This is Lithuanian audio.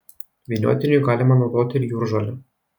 vyniotiniui galima naudoti ir jūržolę